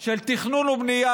של תכנון ובנייה.